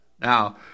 Now